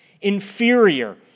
inferior